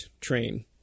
train